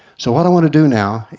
so what i want to do now,